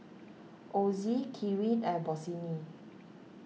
Ozi Kiwi and Bossini